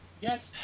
Yes